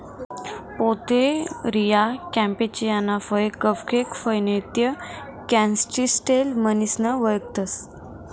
Pouteria कॅम्पेचियाना फय cupcake फय नैते कॅनिस्टेल म्हणीसन वयखतंस